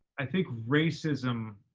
i think racism,